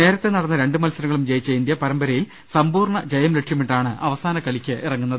നേരത്തെ നടന്ന രണ്ട് മത്സരങ്ങളും ജയിച്ച ഇന്ത്യ പരമ്പരയിൽ സമ്പൂർണ ജയം ലക്ഷ്യമിട്ടാണ് അവസാന കളിക്കിറങ്ങുന്നത്